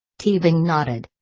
teabing nodded.